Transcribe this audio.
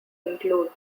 include